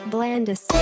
Blandis